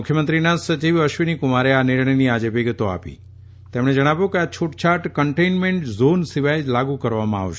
મુખ્યમંત્રીશ્રીના સચિવ શ્રી અશ્વિનીકુમારે આ નિર્ણયની આજે વિગતો આપી તેમણે જણાવ્યું કે આ છૂટછાટ કન્ટેનમેન્ટ ઝોન સિવાય લાગુ કરવામાં આવશે